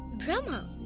brahma,